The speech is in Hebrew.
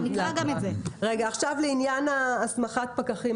עכשיו לעניין הסמכת פקחים,